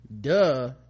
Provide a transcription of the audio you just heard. Duh